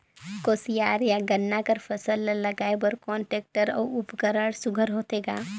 कोशियार या गन्ना कर फसल ल लगाय बर कोन टेक्टर अउ उपकरण सुघ्घर होथे ग?